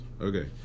okay